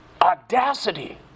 audacity